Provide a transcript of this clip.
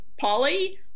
Polly